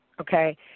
okay